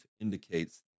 indicates